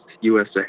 USA